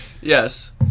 Yes